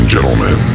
gentlemen